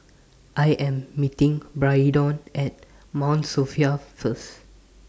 I Am meeting Braedon At Mount Sophia First